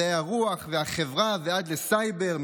מדעי הרוח והחברה ועד לסייבר,